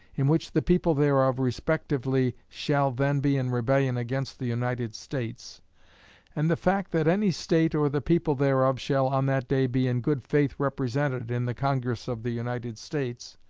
in which the people thereof respectively shall then be in rebellion against the united states and the fact that any state, or the people thereof, shall on that day be in good faith represented in the congress of the united states,